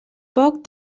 poc